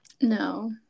No